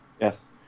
yes